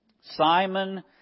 Simon